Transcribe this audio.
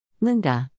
Linda